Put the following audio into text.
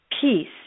peace